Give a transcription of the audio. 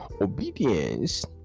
obedience